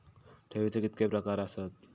ठेवीचे कितके प्रकार आसत?